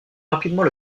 rapidement